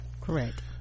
correct